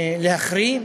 להחרים,